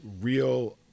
real